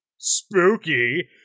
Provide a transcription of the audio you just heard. spooky